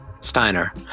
Steiner